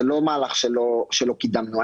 זה לא מהלך שלא קידמנו.